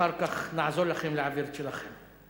אחר כך נעזור לכם להעביר את שלכם.